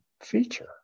feature